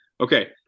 Okay